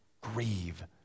grieve